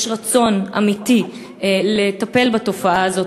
יש רצון אמיתי לטפל בתופעה הזאת,